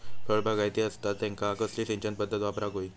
फळबागायती असता त्यांका कसली सिंचन पदधत वापराक होई?